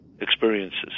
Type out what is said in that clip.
experiences